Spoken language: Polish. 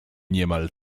niemal